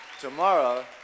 tomorrow